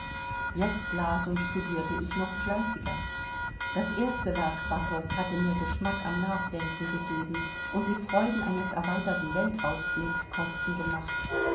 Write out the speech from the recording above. jetzt las und studierte ich noch fleißiger das erste werk buckles hatte mir geschmack am nachdenken gegeben und die freuden eines erweiterten weltausblickes kosten gemacht